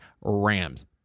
Rams